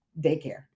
daycare